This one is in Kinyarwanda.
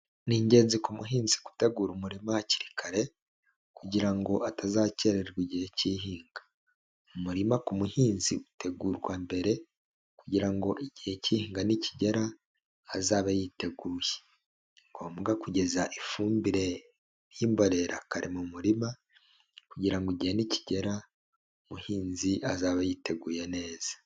Ni ingenzi ku muhinzi gutegura umurima hakiri kare, kugira ngo atazakererwa igihe cy'ihinga. Umurima ku muhinzi, utegurwa mbere kugira ngo igihe cy'ihinga nikigera, azabe yiteguye. Ni ngombwa kugeza ifumbire y'imborera kare mu murima kugira ngo igihe nikigera, umuhinzi azabe yiteguye neza.